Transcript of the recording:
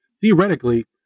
Theoretically